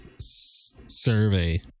survey